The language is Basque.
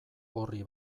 orri